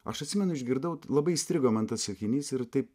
aš atsimenu išgirdau labai įstrigo man tas sakinys ir taip